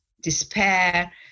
despair